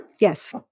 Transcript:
Yes